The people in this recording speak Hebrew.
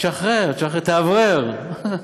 תשחרר, תאוורר.